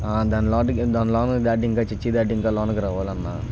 దానిలోనికి దానిలోనికి దాటి ఇంకా చర్చి దాటి ఇంకా లోనికి రావాలి అన్నా